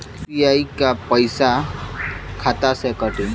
UPI क पैसा खाता से कटी?